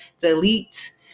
delete